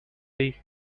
league